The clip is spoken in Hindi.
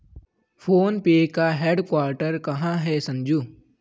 फोन पे का हेडक्वार्टर कहां है संजू?